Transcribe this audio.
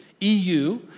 eu